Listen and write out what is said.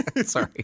Sorry